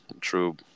True